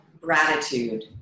gratitude